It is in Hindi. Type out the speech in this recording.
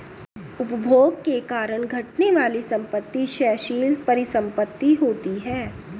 उपभोग के कारण घटने वाली संपत्ति क्षयशील परिसंपत्ति होती हैं